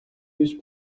use